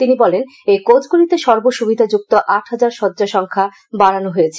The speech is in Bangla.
তিনি বলেন এই কোচগুলিতে সর্বসুবিধা যুক্ত আট হাজার শয্যা সংখ্যা বাড়ানো হয়েছে